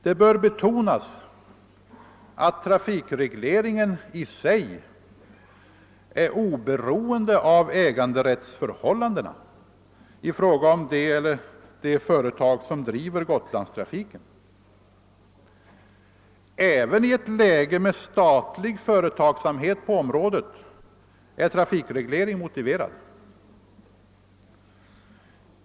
Det bör betonas att trafikregleringen i sig är oberoende av äganderättsförhållandena i fråga om de eller det företag som driver Gotlandstrafiken. även i ett läge med statlig företagsamhet på området är trafikreglering motiverad.